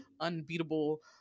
unbeatable